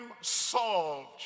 solved